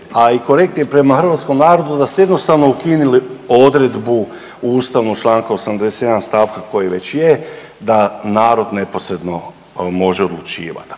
a i korektnije prema hrvatskom narodu da ste jednostavno ukinuli odredbu u ustavnom čl. 87. stavka koji već je da narod neposredno može odlučivat,